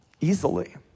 easily